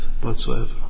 whatsoever